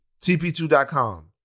TP2.com